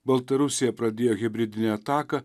baltarusija pradėjo hibridinę ataką